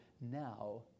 Now